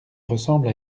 ressemble